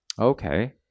Okay